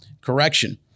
correction